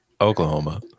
Oklahoma